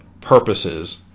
purposes